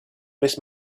miss